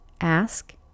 ask